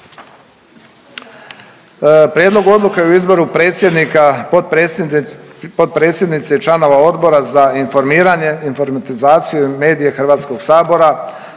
Prijedlog odluke o izboru predsjednika, potpredsjednice i članova Odbora za informiranje, informatizaciju i medije HS-a, za